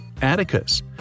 Atticus